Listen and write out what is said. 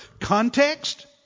context